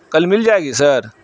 کل مل جائے گی سر